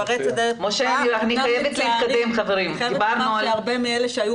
אתה מתפרץ לדלת פתוחה --- הרבה מאלה שהיו